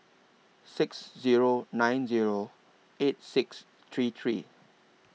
six Zero nine Zero eight six three three